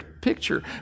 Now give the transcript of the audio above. picture